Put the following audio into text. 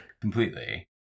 Completely